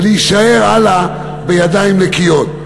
ולהישאר הלאה בידיים נקיות.